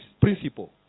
principle